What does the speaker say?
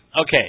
Okay